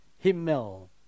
himmel